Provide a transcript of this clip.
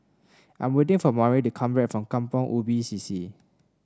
I'm waiting for Mari to come back from Kampong Ubi C C